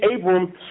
Abram